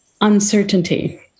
uncertainty